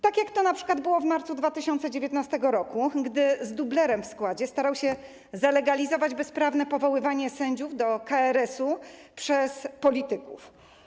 Tak jak to np. było w marcu 2019 r., gdy z dublerem w składzie starał się zalegalizować bezprawne powoływanie sędziów do KRS-u przez polityków.